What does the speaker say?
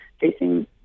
facing